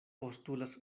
postulas